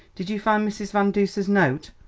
did you find mrs. van duser's note?